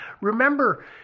Remember